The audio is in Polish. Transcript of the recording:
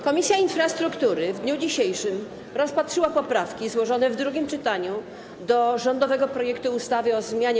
Komisja Infrastruktury w dniu dzisiejszym rozpatrzyła poprawki złożone w drugim czytaniu do rządowego projektu ustawy o zmianie